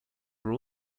are